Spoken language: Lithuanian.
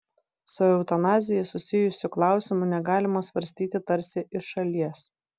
su eutanazija susijusių klausimų negalima svarstyti tarsi iš šalies